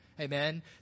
Amen